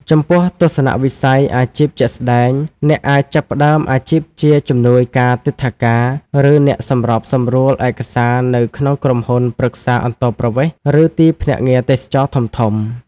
ចំពោះ ទស្សនវិស័យអាជីពជាក់ស្តែង អ្នកអាចចាប់ផ្តើមអាជីពជា ជំនួយការទិដ្ឋាការ ឬអ្នកសម្របសម្រួលឯកសារនៅក្នុងក្រុមហ៊ុនប្រឹក្សាអន្តោប្រវេសន៍ ឬទីភ្នាក់ងារទេសចរណ៍ធំៗ។